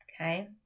Okay